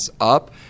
up